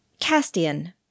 Castian